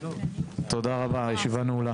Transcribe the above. תודה רבה, הישיבה נעולה.